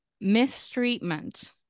mistreatment